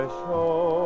show